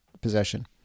possession